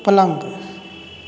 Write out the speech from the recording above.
पलंग